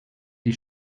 die